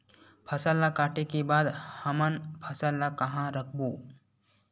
फसल ला काटे के बाद हमन फसल ल कहां रखबो?